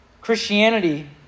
Christianity